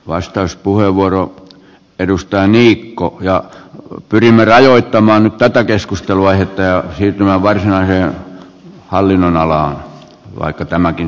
vastauspuheenvuoro edustaja niikolle ja pyrimme rajoittamaan nyt tätä keskusteluaihetta ja siirtymään varsinaiseen hallinnonalaan vaikka tämäkin siihen liittyy